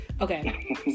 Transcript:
Okay